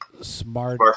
smart